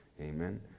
amen